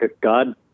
God